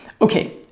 Okay